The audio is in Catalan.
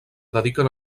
dediquen